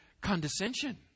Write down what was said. condescension